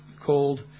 called